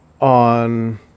on